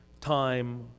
time